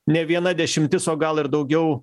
ne viena dešimtis o gal ir daugiau